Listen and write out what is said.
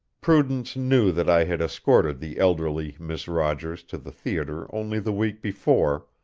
prudence knew that i had escorted the elderly miss rogers to the theatre only the week before,